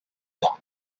that